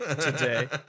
today